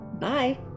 Bye